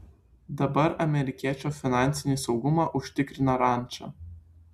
dabar amerikiečio finansinį saugumą užtikrina ranča